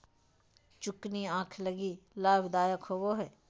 zucchini आंख लगी लाभदायक होबो हइ